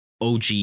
OG